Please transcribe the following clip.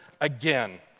again